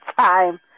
time